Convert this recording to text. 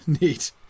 Neat